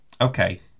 okay